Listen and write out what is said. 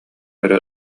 өрө